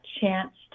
chance